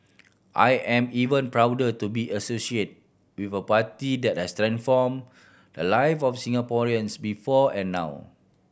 I am even prouder to be associate with a party that has transform the live of Singaporeans before and now